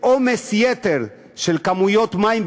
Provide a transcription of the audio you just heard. יהיה עומס יתר של כמויות מים,